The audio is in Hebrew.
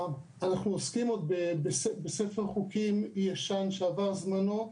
אנחנו עוסקים בספר חוקים ישן שעבר זמנו,